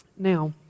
Now